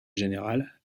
générale